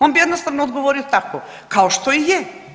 On bi jednostavno odgovorio tako kao što i je.